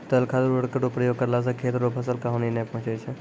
तरल खाद उर्वरक रो प्रयोग करला से खेत रो फसल के हानी नै पहुँचय छै